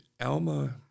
Alma